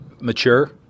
mature